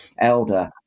elder